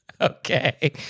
Okay